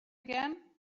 again